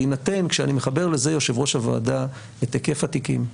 בהינתן כשאני מחבר לזה את היקף התיקים,